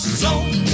zone